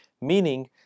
meaning